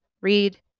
read